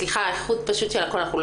סליחה, האיכות של הקו.